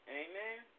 amen